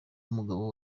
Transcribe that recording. umugabo